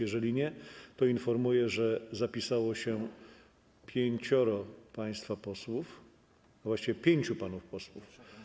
Jeżeli nie, to informuję, że zapisało się pięcioro państwa posłów, a właściwie pięciu panów posłów.